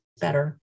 better